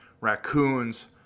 raccoons